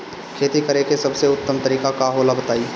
खेती करे के सबसे उत्तम तरीका का होला बताई?